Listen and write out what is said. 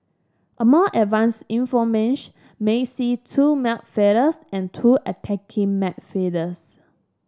a more advanced in might see two midfielders and two attacking midfielders